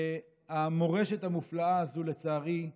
המורשת המופלאה הזו, לצערי,